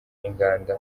n’inganda